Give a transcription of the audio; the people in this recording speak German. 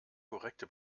korrekte